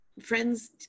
friends